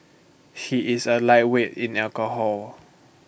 he is A lightweight in alcohol